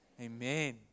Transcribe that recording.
Amen